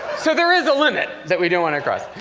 so there is a limit that we don't want to cross.